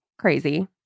crazy